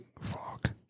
fuck